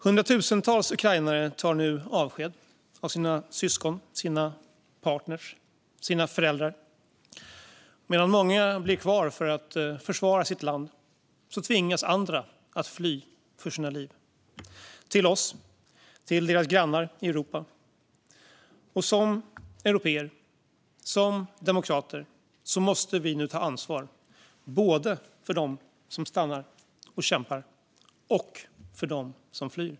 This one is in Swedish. Hundratusentals ukrainare tar nu avsked av sina syskon, sina partner, sina föräldrar. Medan många blir kvar för att försvara sitt land tvingas andra att fly för sina liv till oss, till sina grannar i Europa. Som européer och som demokrater måste vi nu ta ansvar både för dem som stannar och kämpar och för dem som flyr.